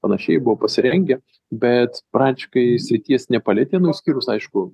panašiai buvo pasirengę bet praktiškai srities nepalietė nu išskyrus aišku